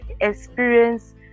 experience